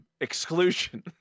Exclusion